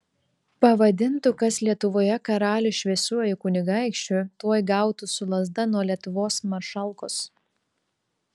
pavadintų kas lietuvoje karalių šviesiuoju kunigaikščiu tuoj gautų su lazda nuo lietuvos maršalkos